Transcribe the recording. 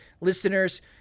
listeners